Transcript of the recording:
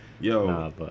yo